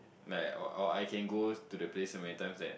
like or or I can go to the place so many times that